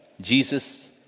Jesus